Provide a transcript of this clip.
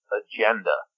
agenda